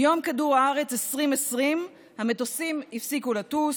ביום כדור הארץ 2020 המטוסים הפסיקו לטוס,